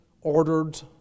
ordered